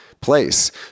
place